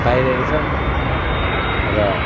पाइरहेको छ र